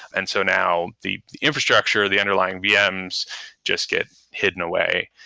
and so now the infrastructure, the underlying vms just get hidden away,